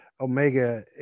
Omega